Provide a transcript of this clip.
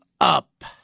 up